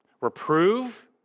reprove